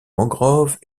mangroves